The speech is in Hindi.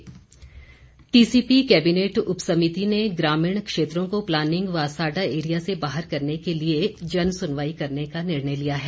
महेन्द्र सिंह टीसीपी कैबिनेट उप समिति ने ग्रामीण क्षेत्रों को प्लानिंग व साडा एरिया से बाहर करने के लिए जनसुनवाई करने का निर्णय लिया है